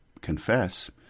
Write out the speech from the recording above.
confess